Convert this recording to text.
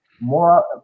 more